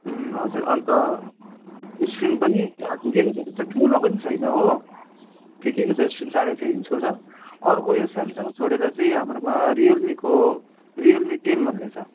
अँ हजुर अन्त स्क्रिन पनि ठिकैको छ त्यस्तो ठुलो पनि छैन हो ठिकैको छ स्क्रिन साँढे छ इन्चको छ अर्को यो स्यामसङ छोडेर चाहिँ हाम्रोमा रियलमीको रियलमी टेन भन्ने छ